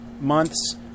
months